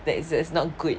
like that's not good